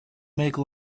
make